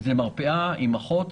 זה מרפאה עם אחות,